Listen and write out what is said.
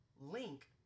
Link